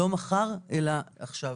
לא מחר, אלא עכשיו.